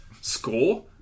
score